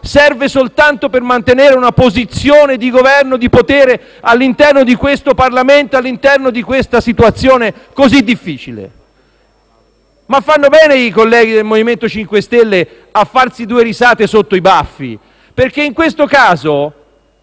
serve soltanto per mantenere una posizione di Governo e di potere all'interno di questo Parlamento e all'interno di una situazione così difficile? Ma fanno bene i colleghi del MoVimento 5 Stelle a farsi due risate sotto i baffi, perché in questo caso